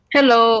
Hello